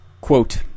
Quote